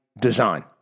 design